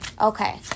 Okay